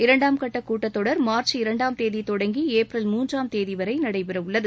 இரண்டாம் கட்ட கூட்டத்தொடர் மார்ச் இரண்டாம் தேதி தொடங்கி ஏப்ரல் மூன்றாம் தேதி வரை நடைபெறவுள்ளது